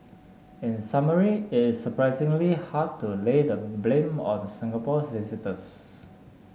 in summary it is surprisingly hard to lay the blame on Singapore visitors